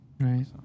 Right